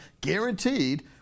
guaranteed